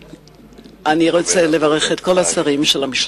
ואני רוצה לברך את כל השרים של המשלחת,